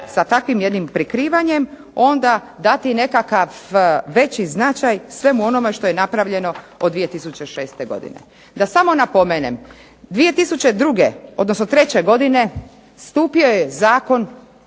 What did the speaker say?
sa takvim jednim prikrivanjem dati jedan veći značaj svemu onome što je napravljeno od 2006. godine. Da samo napomenem, 2002. odnosno 2003. godine stupio je Zakon